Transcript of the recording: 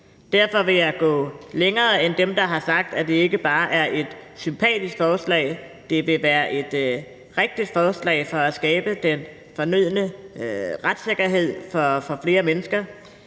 Derfor vil jeg gå længere end dem, der bare har sagt, at det er et sympatisk forslag, og sige, at det er et rigtigt forslag for at skabe den fornødne retssikkerhed for flere mennesker.